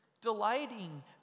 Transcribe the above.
delighting